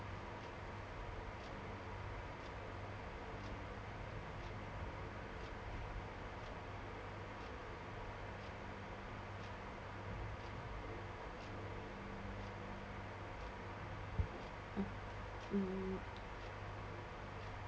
uh um